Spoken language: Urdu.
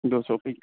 دو سو پیس